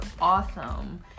awesome